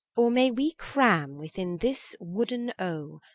or may we cramme within this woodden o,